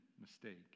mistake